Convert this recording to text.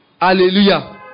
Hallelujah